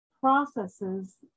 processes